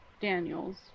Daniels